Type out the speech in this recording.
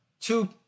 two